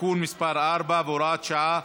(תיקון מס' 4 והוראת שעה),